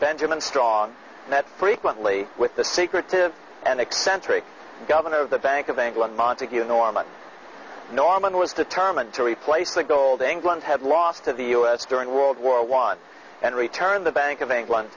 benjamin strong that frequently with the secretive and eccentric governor of the bank of england montague norman norman was determined to replace the gold england had lost to the us during world war one and return the bank of